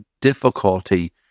difficulty